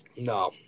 No